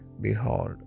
Behold